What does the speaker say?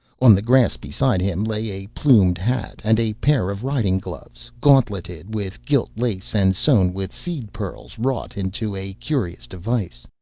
on the grass beside him lay a plumed hat, and a pair of riding-gloves gauntleted with gilt lace, and sewn with seed-pearls wrought into a curious device.